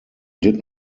did